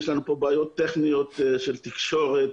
יש לנו כאן בעיות טכניות של תקשורת.